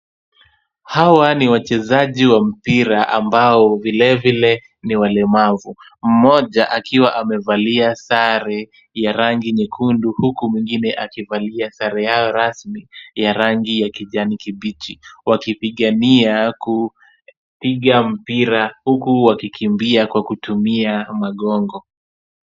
Hawa ni wachezaji wa mpira ambao vilevile ni walemavu, mmoja akiwa amevalia sare ya rangi nyekundu, huku mwingine akivalia sare yao rasmi ya rangi ya kijani kibichi, wakipigania kupiga mpira huku wakikimbia kwa kutumia magongo.